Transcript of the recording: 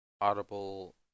Audible